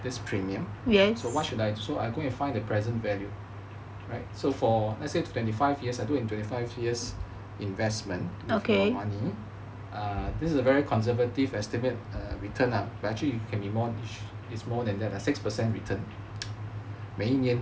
this premium so what should I so I go and find the present value right so for let's say twenty five years I do in twenty five years investment money this is a very conservative estimate written ah but actually it can be is more than six percent return 每一年